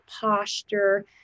posture